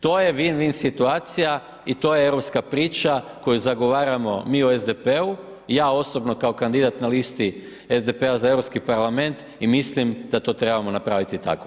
To je win-win situacija i to je europska priča koju zagovaramo mi u SDP-u, i ja osobno kao kandidat na listi SDP-a za europski parlament i mislim da to trebamo napraviti tako.